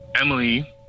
emily